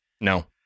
No